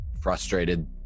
frustrated